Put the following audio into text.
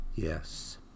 Yes